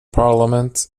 parliament